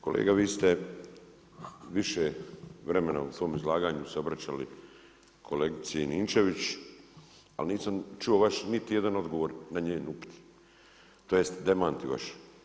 Kolega vi ste više vremena u svom izlaganju se obraćali kolegici Ninčević ali nisam čuo vaš niti jedan odgovor na njen upit, tj. demant vaš.